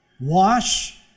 wash